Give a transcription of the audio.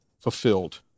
fulfilled